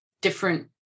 different